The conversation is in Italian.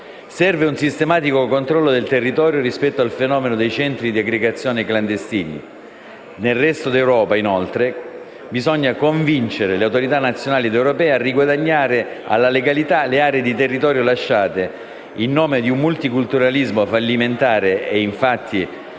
Serve un sistematico controllo del territorio rispetto al fenomeno dei centri di aggregazione clandestini. Nel resto d'Europa bisogna convincere le autorità nazionali ed europee a riguadagnare alla legalità le aree di territorio lasciate, in nome di un multiculturalismo fallimentare e già